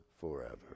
forever